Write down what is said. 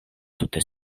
tute